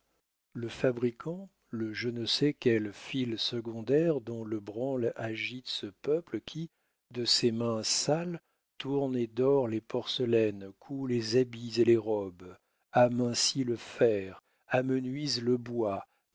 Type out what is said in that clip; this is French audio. le fabricant le je ne sais quel fil secondaire dont le branle agite ce peuple qui de ses mains sales tourne et dore les porcelaines coud les habits et les robes amincit le fer amenuise le bois